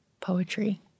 poetry